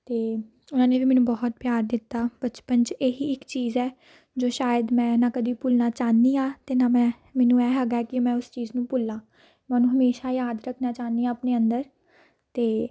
ਅਤੇ ਉਹਨਾਂ ਨੇ ਵੀ ਮੈਨੂੰ ਬਹੁਤ ਪਿਆਰ ਦਿੱਤਾ ਬਚਪਨ 'ਚ ਇਹੀ ਇੱਕ ਚੀਜ਼ ਹੈ ਜੋ ਸ਼ਾਇਦ ਮੈਂ ਨਾ ਕਦੀ ਭੁੱਲਣਾ ਚਾਹੁੰਦੀ ਹਾਂ ਅਤੇ ਨਾ ਮੈਂ ਮੈਨੂੰ ਇਹ ਹੈਗਾ ਕਿ ਮੈਂ ਉਸ ਚੀਜ਼ ਨੂੰ ਭੁੱਲਾਂ ਮੈਂ ਉਹਨੂੰ ਹਮੇਸ਼ਾ ਯਾਦ ਰੱਖਣਾ ਚਾਹੁੰਦੀ ਹਾਂ ਆਪਣੇ ਅੰਦਰ ਅਤੇ